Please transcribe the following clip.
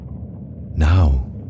Now